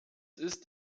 ist